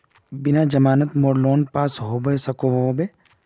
बिना जमानत मोर लोन पास होबे सकोहो होबे?